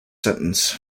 sentence